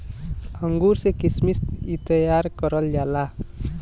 अंगूर से किशमिश तइयार करल जाला